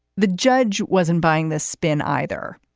the judge wasn't buying this spin either.